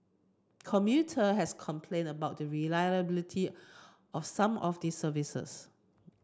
commuter has complained about the reliability of some of the services